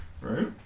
right